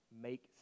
make